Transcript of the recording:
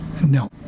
No